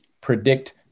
predict